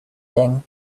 thing